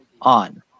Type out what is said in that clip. on